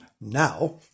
now